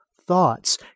thoughts